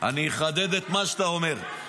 --- אני אחדד את מה שאתה אומר.